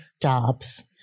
Dobbs